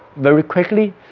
very quickly,